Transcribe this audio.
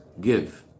Give